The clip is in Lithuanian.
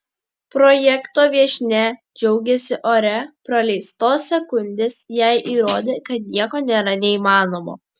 projekto viešnia džiaugėsi ore praleistos sekundės jai įrodė kad nieko nėra neįmanomo